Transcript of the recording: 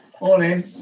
Morning